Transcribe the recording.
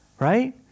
right